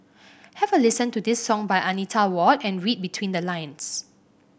have a listen to this song by Anita Ward and read between the lines